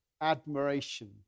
admiration